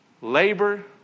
Labor